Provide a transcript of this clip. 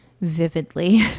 vividly